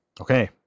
Okay